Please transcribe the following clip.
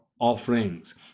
offerings